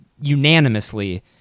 unanimously